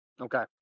Okay